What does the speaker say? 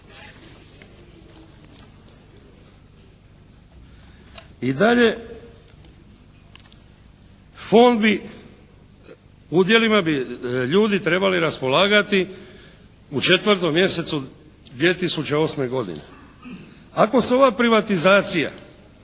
I dalje. Fond bi, udjelima bi ljudi trebali raspolagati u 4. mjesecu 2008. godine. Ako se ova privatizacija